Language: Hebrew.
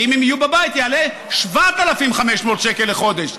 ואם הם יהיו בבית זה יעלה 7,500 שקל לחודש.